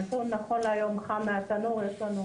רשות האכיפה והגבייה ערכה מחקר לפני ארבע שנים